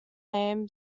land